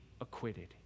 acquitted